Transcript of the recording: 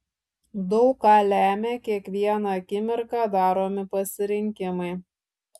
daug ką lemią kiekvieną akimirką daromi pasirinkimai